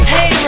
Hey